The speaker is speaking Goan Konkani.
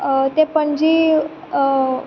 तें पणजी